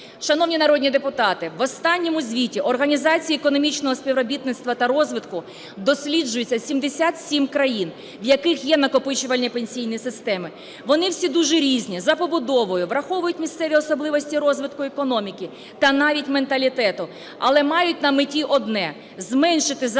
Шановні народні депутати, в останньому звіті Організації економічного співробітництва та розвитку досліджується 77 країн, в яких є накопичувальні пенсійні системи. Вони всі дуже різні за побудовою, враховують місцеві особливості розвитку економіки та навіть менталітету, але мають на меті одне – зменшити залежність